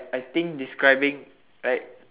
I think describing like